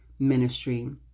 ministry